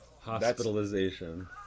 Hospitalization